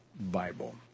Bible